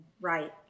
right